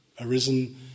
arisen